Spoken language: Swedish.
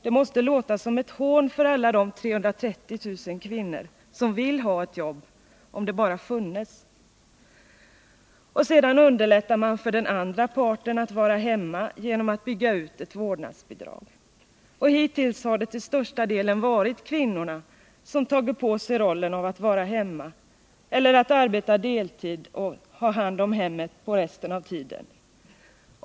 Det måste låta som ett hån för alla de 330000 kvinnor som skulle vilja ha ett jobb — om det bara funnes. Sedan underlättar man för den andra parten att vara hemma genom att bygga ut ett vårdnadsbidrag. Och hittills har det till största delen varit kvinnorna som tagit på sig att vara hemma eller att arbeta deltid och ta hand om hemmet på resten av tiden.